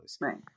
Right